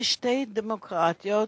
כשתי דמוקרטיות,